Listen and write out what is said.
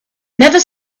never